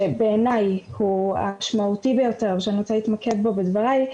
שבעיניי הוא המשמעותי ביותר ושאני רוצה להתמקד בו בדבריי,